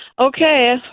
okay